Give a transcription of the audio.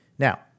Now